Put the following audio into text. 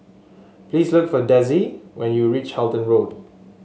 please look for Dezzie when you reach Halton Road